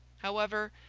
however,